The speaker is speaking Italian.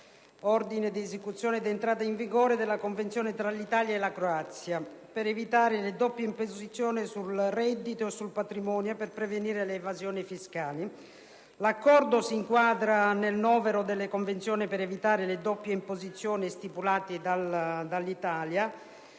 L'Accordo si inquadra nel novero delle convenzioni per evitare le doppie imposizioni stipulate dall'Italia.